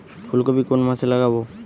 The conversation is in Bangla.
ফুলকপি কোন মাসে লাগাবো?